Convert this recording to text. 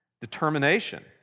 Determination